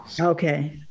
okay